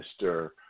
Mr